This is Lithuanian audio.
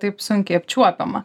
taip sunkiai apčiuopiama